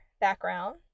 background